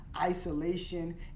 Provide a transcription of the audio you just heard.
isolation